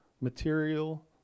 material